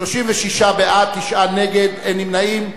36 בעד, תשעה נגד, אין נמנעים.